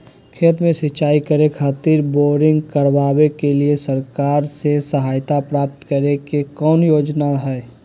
खेत में सिंचाई करे खातिर बोरिंग करावे के लिए सरकार से सहायता प्राप्त करें के कौन योजना हय?